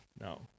No